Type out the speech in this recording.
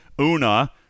Una